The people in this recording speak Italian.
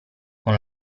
con